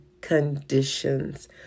conditions